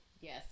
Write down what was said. Yes